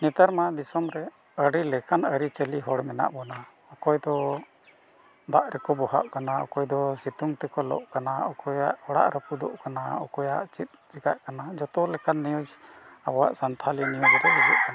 ᱱᱮᱛᱟᱨ ᱢᱟ ᱫᱤᱥᱚᱢᱨᱮ ᱟᱹᱰᱤ ᱞᱮᱠᱟᱱ ᱟᱹᱨᱤᱪᱟᱹᱞᱤ ᱦᱚᱲ ᱢᱮᱱᱟᱜ ᱵᱚᱱᱟ ᱚᱠᱚᱭ ᱫᱚ ᱫᱟᱜ ᱨᱮᱠᱚ ᱵᱚᱦᱟᱜ ᱠᱟᱱᱟ ᱚᱠᱚᱭ ᱫᱚ ᱥᱤᱛᱩᱝ ᱛᱮᱠᱚ ᱞᱚᱜ ᱠᱟᱱᱟ ᱚᱠᱚᱭᱟᱜ ᱚᱲᱟᱜ ᱨᱮᱯᱩᱫᱚᱜ ᱠᱟᱱᱟ ᱚᱠᱚᱭᱟᱜ ᱪᱮᱫ ᱪᱤᱠᱟᱹᱜ ᱠᱟᱱᱟ ᱡᱷᱚᱛᱚ ᱞᱮᱠᱟᱱ ᱱᱤᱭᱩᱡᱽ ᱟᱵᱚᱣᱟᱜ ᱥᱟᱱᱛᱷᱟᱞᱤ ᱱᱤᱭᱩᱡᱽ ᱨᱮ ᱦᱤᱡᱩᱜ ᱠᱟᱱᱟ